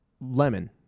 Lemon